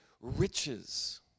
riches